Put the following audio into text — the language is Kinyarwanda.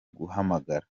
guhamagara